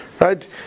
Right